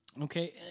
Okay